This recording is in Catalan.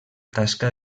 tasca